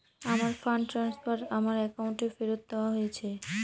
আমার fund transfer আমার অ্যাকাউন্টে ফেরত দেওয়া হয়েছে